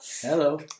Hello